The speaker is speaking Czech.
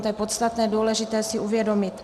To je podstatné, důležité si uvědomit.